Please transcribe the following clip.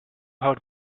how